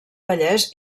vallès